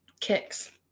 Kicks